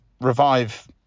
revive